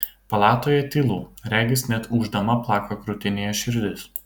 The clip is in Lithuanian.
palatoje tylu regis net ūždama plaka krūtinėje širdis